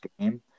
game